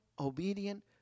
obedient